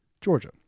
Georgia